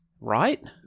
Right